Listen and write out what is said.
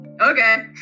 Okay